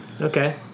Okay